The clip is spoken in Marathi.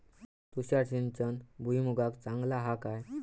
तुषार सिंचन भुईमुगाक चांगला हा काय?